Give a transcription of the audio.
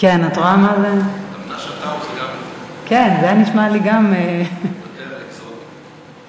לא פעם ולא פעמיים יצא לי לראות בסוף יום